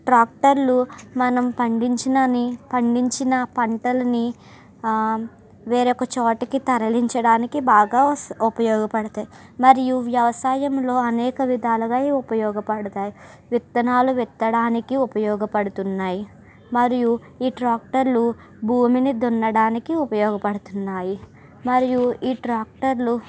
ట్రాక్టర్లు మనం పండించినని పండించిన పంటల్ని వేరొక చోటికి తరలించడానికి బాగా వసా ఉపయోగపడుతాయి మరియు వ్యవసాయంలో అనేక విధాలుగా ఇవి ఉపయోగపడతాయి విత్తనాలు విత్తడానికి ఉపయోగపడుతున్నాయి మరియు ఈ ట్రాక్టర్లు భూమిని దున్నడానికి ఉపయోగపడుతున్నాయి మరియు ఈ ట్రాక్టర్లు